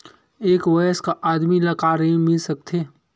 एक वयस्क आदमी ल का ऋण मिल सकथे?